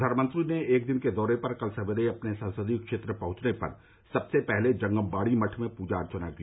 प्रधानमंत्री ने एक दिन के दौरे पर कल सवेरे अपने संसदीय क्षेत्र पहुंचने पर सबसे पहले जंगम बाड़ी मठ में पूजा अर्चना की